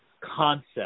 concept